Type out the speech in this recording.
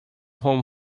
home